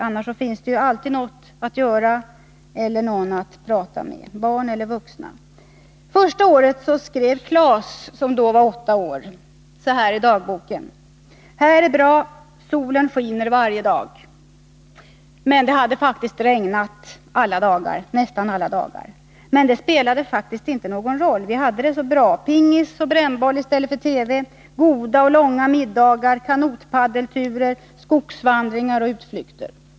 Annars finns det alltid något att göra och någon att prata med, barn eller vuxna. Första året skrev Klas, som då var åtta år, i sin dagbok: Här är bra, solen skiner varje dag. Men det hade faktiskt regnat nästan varenda dag. Det spelade ingen roll, för vi hade det så bra: pingis och brännbolli stället för TV, goda och långa middagar, kanotpaddelturer, skogsvandringar och utflykter.